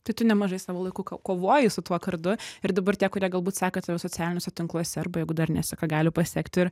tai tu nemažai savo laiku k kovoji su tuo kardu ir dabar tie kurie galbūt seka tave socialiniuose tinkluose arba jeigu dar neseka gali pasiekti ir